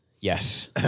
Yes